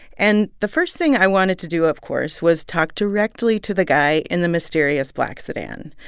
and the first thing i wanted to do, of course, was talk directly to the guy in the mysterious black sedan.